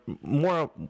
more